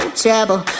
trouble